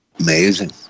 amazing